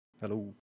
Hello